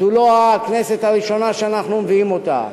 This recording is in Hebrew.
זו לא הכנסת הראשונה שאנחנו מביאים אותה,